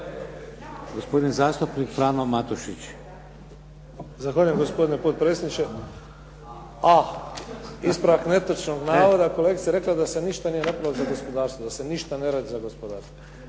**Matušić, Frano (HDZ)** Zahvaljujem, gospodine predsjedniče. a) ispravak netočnog navoda, kolegica je rekla da se ništa nije napravilo za gospodarstvo, da se ništa ne radi za gospodarstvo.